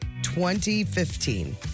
2015